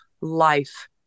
life